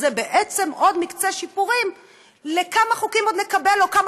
זה בעצם עוד מקצה שיפורים לכמה חוקים עוד נקבל או כמה